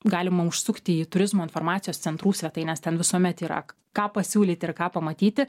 galima užsukti į turizmo informacijos centrų svetaines ten visuomet yra ką pasiūlyti ir ką pamatyti